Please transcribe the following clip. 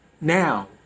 now